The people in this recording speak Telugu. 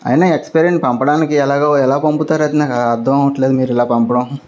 అయినా ఎక్స్పైర్ అయింది పంపడానికి ఎలాగో ఎలా పంపుతారు అది నాకు అర్థం అవట్లేదు మీరు ఇలా పంపడం